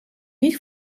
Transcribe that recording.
niet